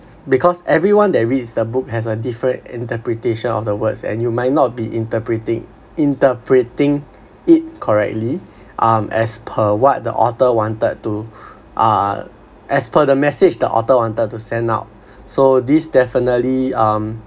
because everyone that reads the book has a different interpretation of the words and you might not be interpreting interpreting it correctly um as per what the author wanted to uh as per the message the author wanted to send out so this definitely um